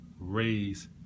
raise